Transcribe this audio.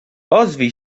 ozwij